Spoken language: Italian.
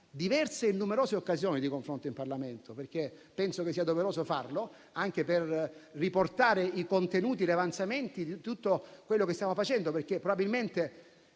diverse e numerose occasioni di confronto in Parlamento perché penso che sia doveroso farlo, anche per riportare i contenuti e gli avanzamenti di tutto quello che stiamo facendo. Consentitemi